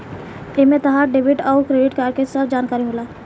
एमे तहार डेबिट अउर क्रेडित कार्ड के सब जानकारी होला